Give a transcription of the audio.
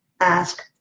ask